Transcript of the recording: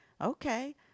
Okay